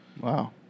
Wow